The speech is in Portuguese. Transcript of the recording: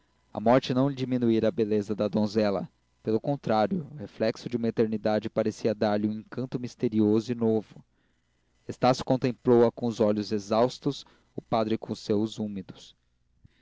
a morte não diminuíra a beleza da donzela pelo contrário o reflexo da eternidade parecia dar-lhe um encanto misterioso e novo estácio contemplou-a com os olhos exaustos o padre com os seus úmidos